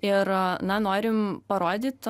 ir na norim parodyt